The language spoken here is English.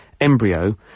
embryo